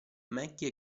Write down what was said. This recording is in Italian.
maggie